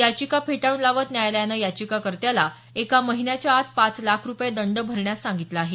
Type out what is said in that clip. याचिका फेटाळून लावत न्यायालयानं याचिकाकर्त्याला एका महिन्याच्या आत पाच लाख रुपये दंड भरण्यास सांगितलं आहे